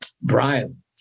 Brian